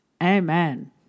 Amen